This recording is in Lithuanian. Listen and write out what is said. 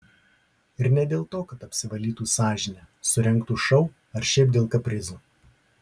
ir ne dėl to kad apsivalytų sąžinę surengtų šou ar šiaip dėl kaprizo